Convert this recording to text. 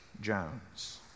Jones